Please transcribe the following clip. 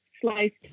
sliced